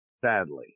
sadly